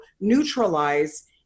neutralize